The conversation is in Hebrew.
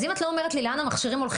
אז אם את לא אומרת לי לאן המכשירים הולכים,